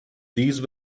these